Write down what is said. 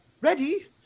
ready